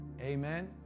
Amen